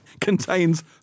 contains